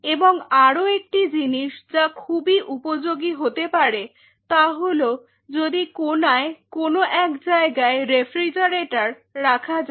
এবং আরো একটি জিনিস যা খুবই উপযোগী হতে পারে তা হল যদি কোনায় কোনো এক জায়গায় রেফ্রিজারেটর রাখা যায়